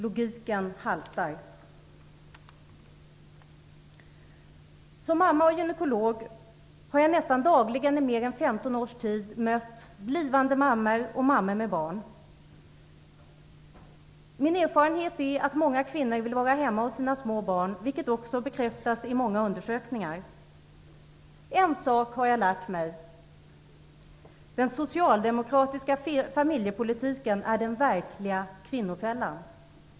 Logiken haltar. Jag är mamma och gynekolog. Jag har nästan dagligen i mer än 15 års tid mött blivande mammor och mammor med barn. Min erfarenhet är att många kvinnor vill vara hemma med sina små barn, vilket också bekräftas i många undersökningar. En sak har jag lärt mig: Den socialdemokratiska familjepolitiken är den verkliga kvinnofällan.